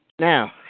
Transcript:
Now